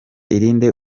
irinde